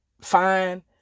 fine